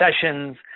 sessions